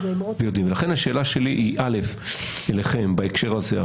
לכן, השאלה שלי היא, א', אליכם בהקשר הזה.